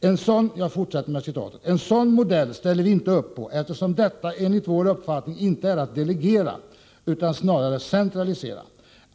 ”En sådan modell ställer vi inte upp på, eftersom detta enligt vår uppfattning inte är att delegera utan snarare centralisera.